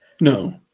No